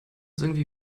irgendwie